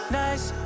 nice